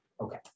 Okay